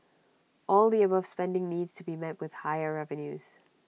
all the above spending needs to be met with higher revenues